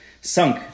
sunk